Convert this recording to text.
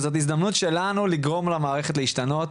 וזאת הזדמנות שלנו לגרום למערכת להשתנות,